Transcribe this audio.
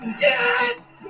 Yes